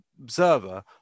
observer